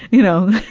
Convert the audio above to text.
you know,